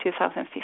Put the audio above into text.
2015